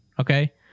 okay